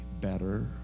better